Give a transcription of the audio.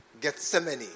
Gethsemane